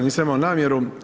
Nisam imao namjeru.